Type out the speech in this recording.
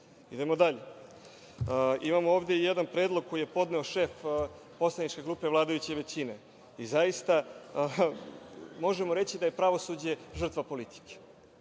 dalje. Imamo ovde i jedan predlog koji je podneo šef poslaničke grupe vladajuće većine. Možemo reći da je pravosuđe žrtva politike.